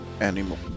anymore